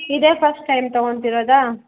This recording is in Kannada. ಇದೇ ಫಸ್ಟ್ ಟೈಮ್ ತಗೊತಿರೋದಾ